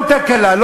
כל תקלה,